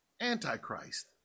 Antichrist